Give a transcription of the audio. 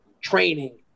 training